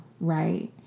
right